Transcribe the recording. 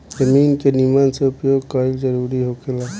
जमीन के निमन से उपयोग कईल जरूरी होखेला